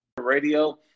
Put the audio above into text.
radio